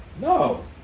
No